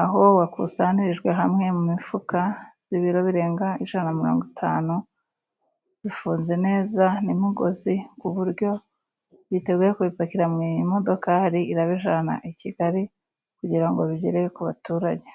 aho wakusanirijwe hamwe mu mifuka y'ibiro birenga ijana na mirongo itanu, bifunze neza n'imigozi ku buryo biteguye kubipakira mu modoka irabijyana i Kigali kugira ngo bigere ku baturage.